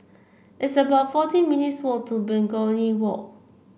it's about forty minutes' walk to Begonia Walk